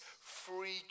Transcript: free